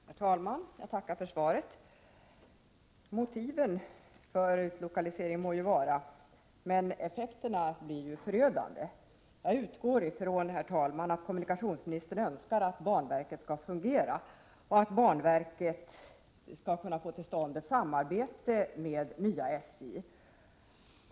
Herr talman! Jag tackar för svaret. Motiven för utlokaliseringen må vara acceptabla, men effekterna blir ju förödande! Jag utgår ifrån, herr talman, att kommunikationsministern önskar att banverket skall fungera och att det skall kunna få till stånd ett samarbete med nya SJ.